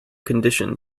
condition